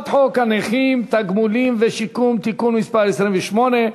חוק הנכים (תגמולים ושיקום) (תיקון מס' 28),